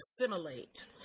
assimilate